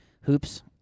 Hoops